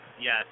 Yes